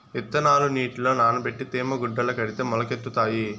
ఇత్తనాలు నీటిలో నానబెట్టి తేమ గుడ్డల కడితే మొలకెత్తుతాయి